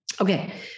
Okay